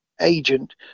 agent